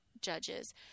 judges